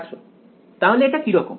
ছাত্র তাহলে এটা কিরকম